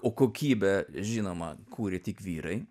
o kokybę žinoma kūrė tik vyrai